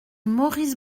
maurice